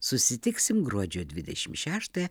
susitiksim gruodžio dvidešim šeštą